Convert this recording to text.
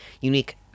unique